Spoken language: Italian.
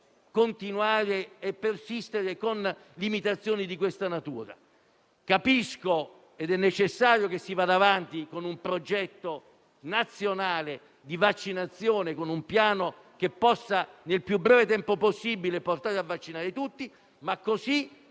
non ha senso persistere con limitazioni di siffatta natura. Capisco ed è necessario che si vada avanti con un progetto nazionale di vaccinazione, con un piano che, nel più breve tempo possibile, possa permettere di vaccinare tutti, ma così